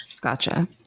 gotcha